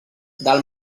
del